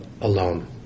alone